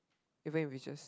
even if we just